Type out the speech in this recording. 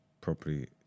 properly